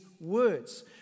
words